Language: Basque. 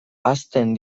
hazten